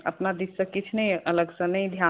अपना दिक्कत किछु नहि अय अलग सॅं नहि भय